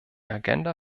agenda